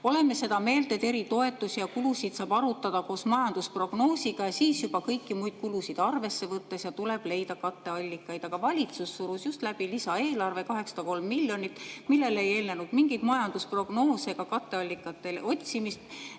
"Oleme seda meelt, et eri toetusi ja kulusid saab arutada koos majandusprognoosiga ja siis juba kõiki muid kulusid arvesse võttes [...]" Tuleb leida katteallikaid. Aga valitsus surus läbi lisaeelarve, 803 miljonit [eurot], millele ei eelnenud mingit majandusprognoosi ega katteallikate otsimist